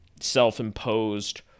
self-imposed